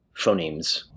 phonemes